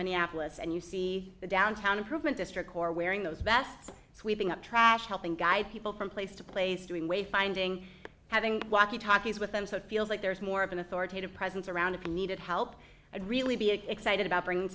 minneapolis and you see the downtown improvement district or wearing those vests sweeping up trash helping guide people from place to place doing way finding having walkie talkies with them so it feels like there's more of an authoritative presence around if you needed help and really be excited about bring